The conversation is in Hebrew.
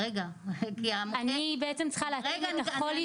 אז איך נוודא שהוא יהיה